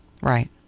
Right